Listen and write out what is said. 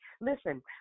Listen